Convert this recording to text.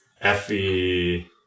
Effie